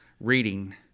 reading